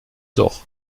doch